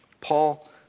Paul